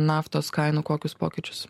naftos kainų kokius pokyčius